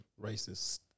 racist